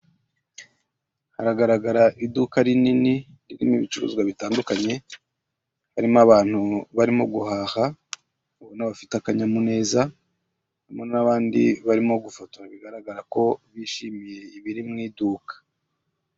Hargaragara iduka rinini ririmo ibicuruzwa bitandukanye, harimo abantu barimo guhaha babona bafite akanyamuneza harimo n'abandi barimo gufotora bigaragara ko bishimiye ibiri mu iduka.